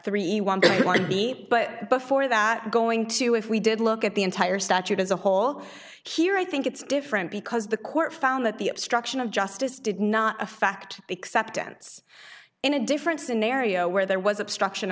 might be but before that going to if we did look at the entire statute as a whole here i think it's different because the court found that the obstruction of justice did not a fact except ends in a different scenario where there was obstruction